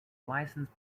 licence